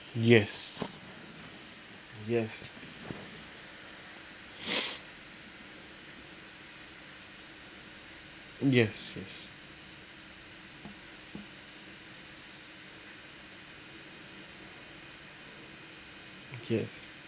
yes yes yes yes